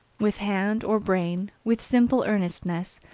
with hand or brain, with simple earnestness,